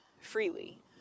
freely